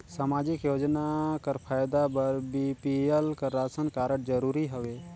समाजिक योजना कर फायदा बर बी.पी.एल कर राशन कारड जरूरी हवे?